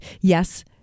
yes